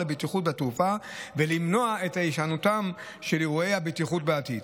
הבטיחות בתעופה ולמנוע את הישנותם של אירועי בטיחות בעתיד.